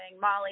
molly